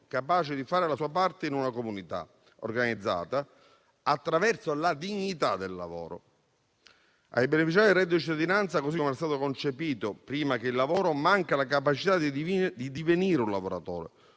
capace di fare la sua parte in una comunità organizzata, attraverso la dignità del lavoro. Ai beneficiari del reddito di cittadinanza, così come era stato concepito, prima che il lavoro, manca la capacità di divenire un lavoratore.